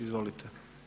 Izvolite.